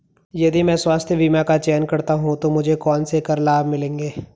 यदि मैं स्वास्थ्य बीमा का चयन करता हूँ तो मुझे कौन से कर लाभ मिलेंगे?